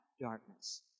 darkness